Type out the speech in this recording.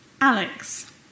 Alex